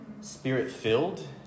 Spirit-filled